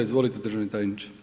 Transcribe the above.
Izvolite državni tajniče.